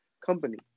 company